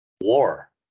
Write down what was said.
war